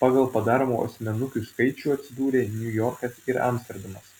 pagal padaromų asmenukių skaičių atsidūrė niujorkas ir amsterdamas